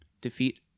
defeat